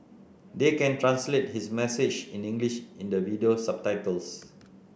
they can translate his message in English in the video subtitles